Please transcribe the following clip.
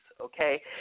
okay